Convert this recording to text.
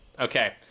Okay